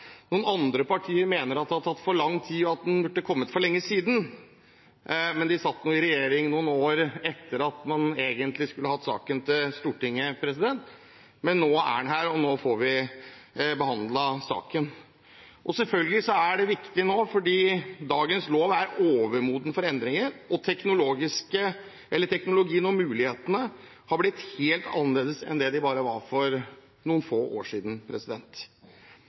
noen andre partier mener det har tatt for lang tid og at den burde kommet for lenge siden. De satt i regjering noen år etter at man egentlig skulle hatt saken i Stortinget, men nå er den her, og nå får vi behandlet saken. Selvfølgelig er det viktig fordi dagens lov er overmoden for endringer. Teknologien og mulighetene har blitt helt annerledes enn det de var bare for noen få år siden